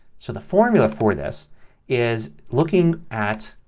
so the formula for this is looking at